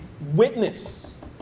witness